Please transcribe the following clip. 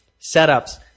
Setups